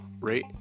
rate